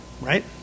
right